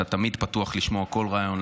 אתה תמיד פתוח לשמוע כל רעיון,